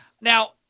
Now